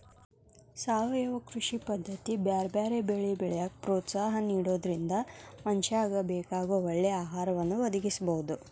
ಸಾವಯವ ಕೃಷಿ ಪದ್ದತಿ ಬ್ಯಾರ್ಬ್ಯಾರೇ ಬೆಳಿ ಬೆಳ್ಯಾಕ ಪ್ರೋತ್ಸಾಹ ನಿಡೋದ್ರಿಂದ ಮನಶ್ಯಾಗ ಬೇಕಾಗೋ ಒಳ್ಳೆ ಆಹಾರವನ್ನ ಒದಗಸಬೋದು